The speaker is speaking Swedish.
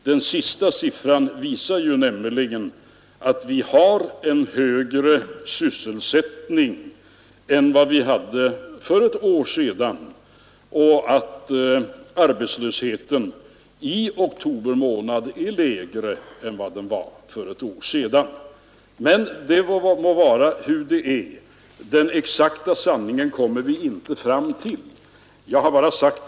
Den senaste siffran visar nämligen att vi har en högre sysselsättning än vad vi hade för ett år sedan och att arbetslösheten i oktober månad är lägre än vad den var för ett år sedan. Hur det än må vara i detta avseende kommer vi aldrig fram till den exakta sanningen.